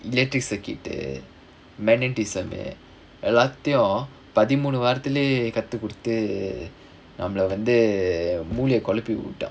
electric circuit magnetism எல்லாத்தையும் பதிமூணு வாரத்துல கத்துகுடுத்து நம்மல வந்து மூளைய குழப்பிவுட்டான்:ellaathaiyum pathimoonu vaarathula kathukkuduthu nammala vanthu moolaiya kulapivuttaan